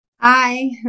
hi